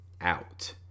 out